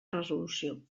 resolució